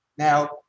Now